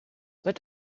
but